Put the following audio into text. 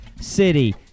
City